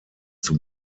zum